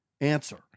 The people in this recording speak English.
Answer